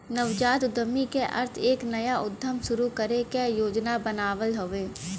नवजात उद्यमी क अर्थ एक नया उद्यम शुरू करे क योजना बनावल हउवे